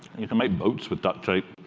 you can make boats with duct tape,